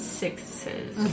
sixes